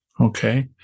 Okay